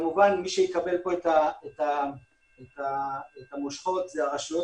מי שיקבל פה את המושכות זה הרשויות